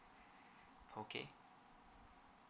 okay